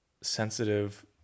sensitive